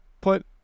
put